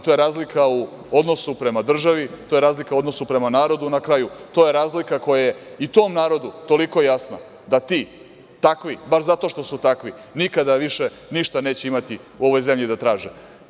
To je razlika u odnosu prema državi, to je razlika u odnosu prema narodu, to je razlika koja je i tom narodu toliko jasna da ti, takvi, baš zato što su takvi, nikada više ništa neće imati u ovoj zemlji da traže.